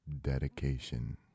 Dedication